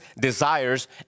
desires